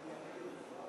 חבר הכנסת אמנון